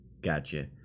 Gotcha